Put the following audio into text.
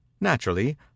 naturally